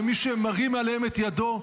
ומי שמרים עליהם את ידו,